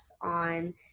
on